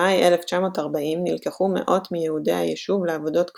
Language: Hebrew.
במאי 1940 נלקחו מאות מיהודי היישוב לעבודות כפייה,